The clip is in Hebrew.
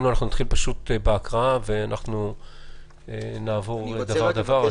אם לא, נתחיל בהקראה ונעבור דבר-דבר.